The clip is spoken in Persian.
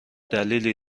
دلیلی